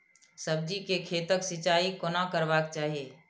सब्जी के खेतक सिंचाई कोना करबाक चाहि?